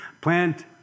plant